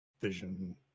vision